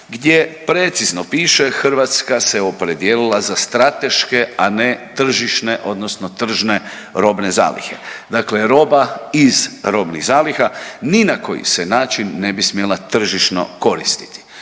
gdje precizno piše Hrvatska se opredijelila za strateške, a ne tržišne odnosno tržne robne zalihe. Dakle, roba iz robnih zaliha ni na koji način se ne bi smjela tržišno koristiti,